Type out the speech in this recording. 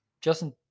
justin